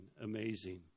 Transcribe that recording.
Amazing